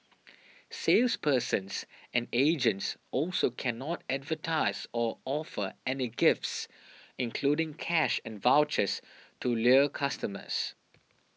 salespersons and agents also cannot advertise or offer any gifts including cash and vouchers to lure customers